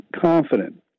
confident